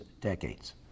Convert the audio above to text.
decades